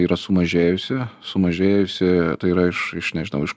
yra sumažėjusi sumažėjusi yra iš iš nežinau iš